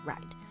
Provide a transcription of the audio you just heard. Right